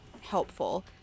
helpful